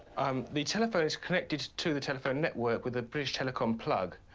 um, the telephone is connected to the telephone network with a british telecom plug.